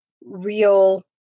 real